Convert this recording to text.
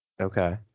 Okay